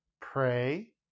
Pray